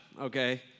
okay